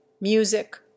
music